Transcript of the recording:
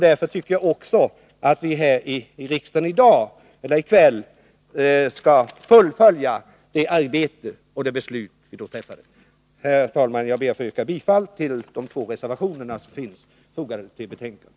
Därför tycker jag att riksdagen här i kväll också skall fullfölja det arbete som vi då påbörjade och det beslut som vi då fattade. Herr talman! Jag ber att få yrka bifall till de två reservationer som är fogade till betänkandet.